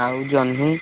ଆଉ ଜହ୍ନି